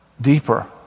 deeper